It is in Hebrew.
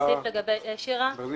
משרד